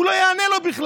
הוא לא יענה לו בכלל.